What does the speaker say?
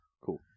Cool